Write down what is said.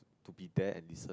to be there and listen